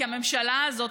כי הממשלה הזאת,